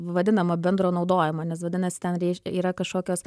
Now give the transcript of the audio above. vadinama bendro naudojimo nes vadinasi ten reiš yra kažkokios